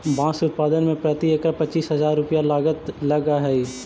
बाँस उत्पादन में प्रति एकड़ पच्चीस हजार रुपया लागत लगऽ हइ